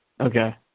Okay